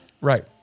Right